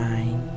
Nine